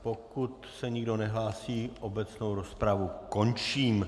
Pokud se nikdo nehlásí, obecnou rozpravu končím.